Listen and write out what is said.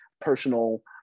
personal